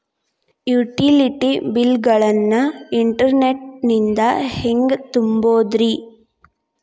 Utility bill ಗಳನ್ನ internet ನಿಂದ ಹೆಂಗ್ ತುಂಬೋದುರಿ?